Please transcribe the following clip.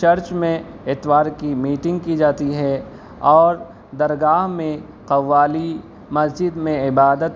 church میں اتوار کی میٹنگ کی جاتی ہے اور درگاہ میں قوالی مسجد میں عبادت